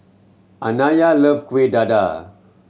Anaya love Kuih Dadar